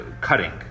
cutting